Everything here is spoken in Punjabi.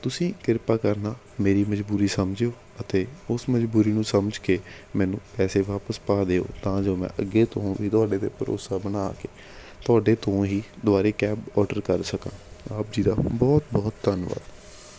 ਤੁਸੀਂ ਕਿਰਪਾ ਕਰਨਾ ਮੇਰੀ ਮਜ਼ਬੂਰੀ ਸਮਝਿਓ ਅਤੇ ਉਸ ਮਜ਼ਬੂਰੀ ਨੂੰ ਸਮਝ ਕੇ ਮੈਨੂੰ ਪੈਸੇ ਵਾਪਸ ਪਾ ਦਿਓ ਤਾਂ ਜੋ ਮੈਂ ਅੱਗੇ ਤੋਂ ਵੀ ਤੁਹਾਡੇ 'ਤੇ ਭਰੋਸਾ ਬਣਾ ਕੇ ਤੁਹਾਡੇ ਤੋਂ ਹੀ ਦੁਬਾਰਾ ਕੈਬ ਔਡਰ ਕਰ ਸਕਾਂ ਆਪ ਜੀ ਦਾ ਬਹੁਤ ਬਹੁਤ ਧੰਨਵਾਦ